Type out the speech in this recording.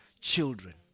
children